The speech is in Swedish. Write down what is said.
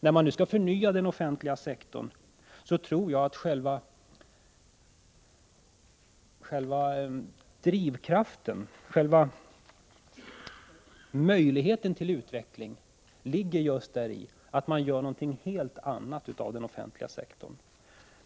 När man nu skall förnya den offentliga sektorn tror jag att själva drivkraften, själva möjligheten till utveckling, ligger just i att man gör något helt annat av den offentliga sektorn.